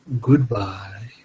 Goodbye